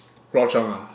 Ruo Chen ah